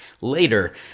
later